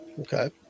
Okay